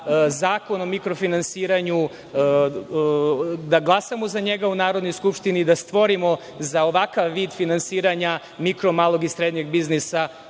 zakon o mikro-finansiranju. Glasaćemo za njega u Narodnoj Skupštini da stvorimo za ovakav vid finansiranja mikro, malog i srednjeg biznisa